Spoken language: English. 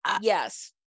Yes